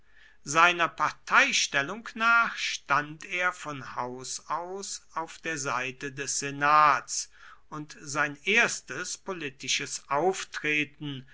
seiner parteistellung nach stand er von haus aus auf der seite des senats und sein erstes politisches auftreten